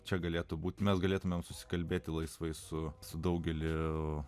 čia galėtų būti mes galėtumėme susikalbėti laisvai su su daugeliu